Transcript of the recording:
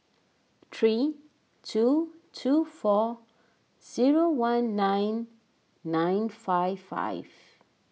three two two four zero one nine nine five five